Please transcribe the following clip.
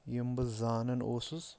یِم بہٕ زانان اوسُس